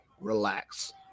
Relax